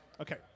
Okay